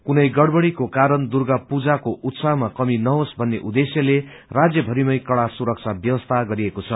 कुनै गड़बड़ीको कारण दुर्गा पूजाको उत्साहमा कमी नहोस भन्ने उद्देश्यले राज्य भारिमै कड़ा सुरक्षा व्यवस्था गरिएको छ